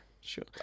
sure